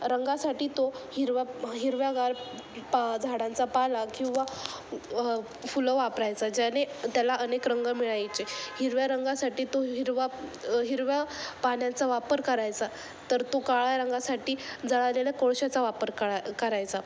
रंगासाठी तो हिरवा हिरव्यागार पा झाडांचा पाला किंवा फुलं वापरायचा ज्याने त्याला अनेक रंग मिळायचे हिरव्या रंगासाठी तो हिरवा हिरव्या पाण्याचा वापर करायचा तर तो काळ्या रंगासाठी जळालेल्या कोळशाचा वापर काळा करायचा